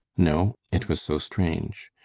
no. it was so strange.